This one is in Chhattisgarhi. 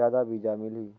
जादा बीजा मिलही?